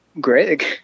Greg